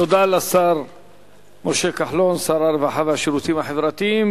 תודה לשר כחלון, שר הרווחה והשירותים החברתיים.